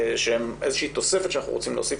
שהן איזושהי תוספת שאנחנו רוצים להוסיף,